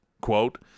Quote